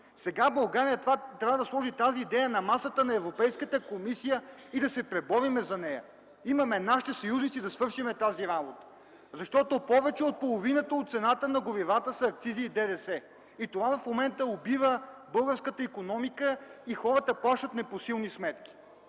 Сега България трябва да сложи тази идея на масата на Европейската комисия и да се преборим за нея. Имаме нашите съюзници и нека да свършим тази работа. Повече от половината от цената на горивата са акцизи и ДДС и това в момента убива българската икономика, хората плащат непосилни сметки.